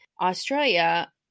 Australia